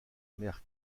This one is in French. mère